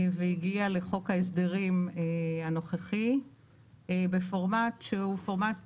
והגיעה לחוק ההסדרים הנוכחי בפורמט שהוא פורמט